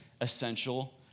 essential